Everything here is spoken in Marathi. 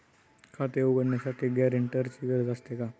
खाते उघडण्यासाठी गॅरेंटरची गरज असते का?